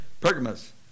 Pergamos